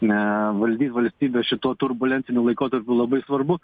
ne valdyt valstybę šituo turbulentiniu laikotarpiu labai svarbu